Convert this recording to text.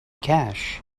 cash